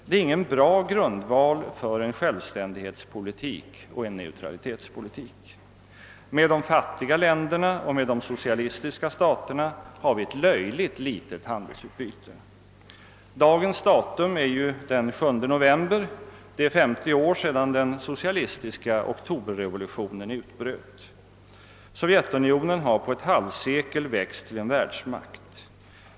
Det är ingen god grundval för en självständighetspolitik och en neutralitetspolitik. Med de fattiga länderna och med de socialistiska staterna har vi ett löjligt litet handelsutbyte. Dagens datum är den 7 november — det är 50 år sedan den socialistiska Oktoberrevolutionen utbröt. Sovjetunionen har på ett halvsekel växt till en världsmakt.